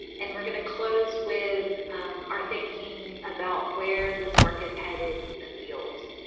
and we're going to close with our thinking about where this work is headed in the field.